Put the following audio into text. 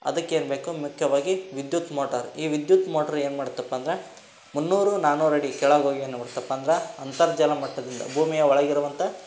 ಅದಕ್ಕೆ ಏನು ಬೇಕು ಮುಖ್ಯವಾಗಿ ವಿದ್ಯುತ್ ಮೋಟಾರ್ ಈ ವಿದ್ಯುತ್ ಮೋಟ್ರ್ ಏನು ಮಾಡುತ್ತಪ್ಪ ಅಂದ್ರೆ ಮೂನ್ನೂರು ನಾನೂರು ಅಡಿ ಕೆಳಗೆ ಹೋಗಿ ಏನು ಮಾಡುತ್ತಪ್ಪ ಅಂದ್ರೆ ಅಂತರ್ಜಲ ಮಟ್ಟದಿಂದ ಭೂಮಿಯ ಒಳಗೆ ಇರುವಂತ